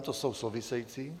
To jsou související.